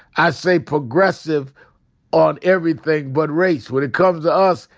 i say progressive on everything but race. when it comes to us,